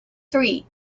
three